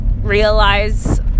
realize